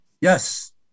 Yes